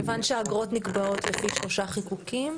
מכיוון שהאגרות נקבעות לפי שלושה חיקוקים,